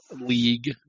League